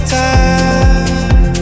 time